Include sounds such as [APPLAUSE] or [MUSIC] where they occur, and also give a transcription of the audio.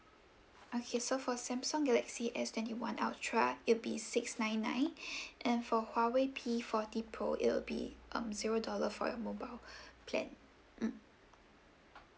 okay so for samsung galaxy S twenty one ultra it'll be six nine nine [BREATH] and for huawei P forty pro it'll be um zero dollar for your mobile [BREATH] plan mm